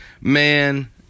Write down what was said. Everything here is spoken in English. Man